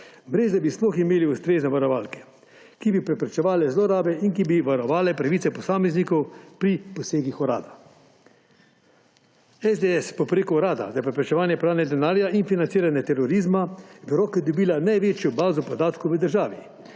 brez da bi sploh imeli ustrezne varovalke, ki bi preprečevale zlorabe in ki bi varovale pravice posameznikov pri posegih urada. SDS bo preko Urada za preprečevanje pranja denarja in financiranja terorizma v roke dobila največjo bazo podatkov v državi,